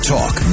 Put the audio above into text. Talk